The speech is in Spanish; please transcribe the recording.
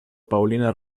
paulina